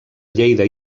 lleida